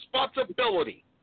responsibility